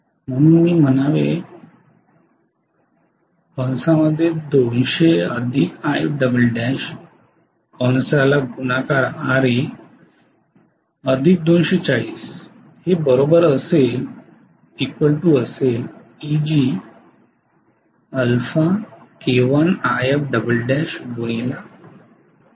म्हणून मी म्हणावे 200 Ifll Ra 240 Eg α k1Ifll125